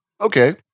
Okay